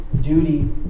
duty